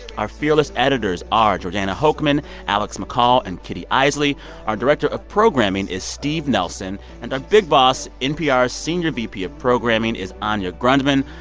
our fearless editors are jordana hochman, alex mccall and kitty eisele. yeah our director of programming is steve nelson, and our big boss npr's senior vp of programming is anya grundmann.